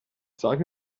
zeig